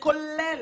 כולל